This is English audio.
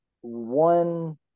one